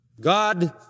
god